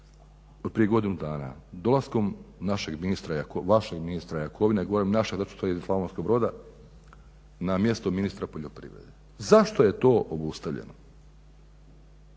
od prije godinu dana dolaskom našeg ministra Jakovine, vašeg ministra Jakovine. Govorim našeg zato što je iz Slavonskog Broda na mjesto ministra poljoprivrede. Zašto je to obustavljeno?